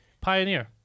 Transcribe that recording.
pioneer